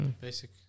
basic